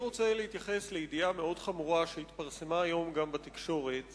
אני רוצה להתייחס לידיעה מאוד חמורה שהתפרסמה היום בתקשורת